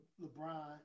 LeBron